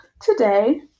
today